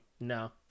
no